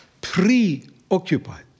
preoccupied